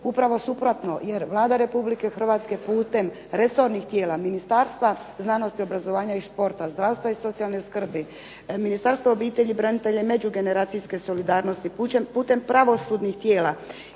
Upravo suprotno, jer Vlada Republike Hrvatske putem resornih tijela ministarstva obrazovanja znanosti i športa, zdravstva i socijalne skrbi, Ministarstvo obitelji, branitelja i međugeneracijske solidarnosti putem pravosudnih tijela